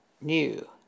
new